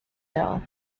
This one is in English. hill